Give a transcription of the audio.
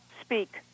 speak